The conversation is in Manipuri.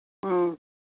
ꯑꯥ